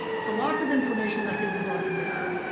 so lots of information that can be brought to bear.